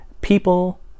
people